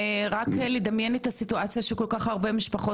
רק לדמיין את הסיטואציה שכל כך הרבה משפחות